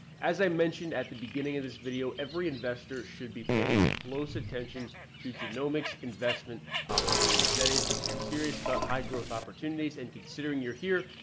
as i mentioned at the beginning of this video, every investor should be paying close attention to genomics investment opportunities. that is if you're serious about high growth opportunities. and considering you're here,